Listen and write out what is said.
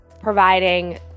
providing